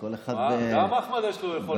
כל אחד, גם לאחמד יש יכולת להתווכח.